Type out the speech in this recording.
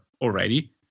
already